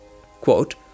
quote